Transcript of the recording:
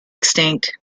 extinct